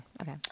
okay